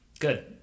Good